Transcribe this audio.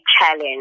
challenge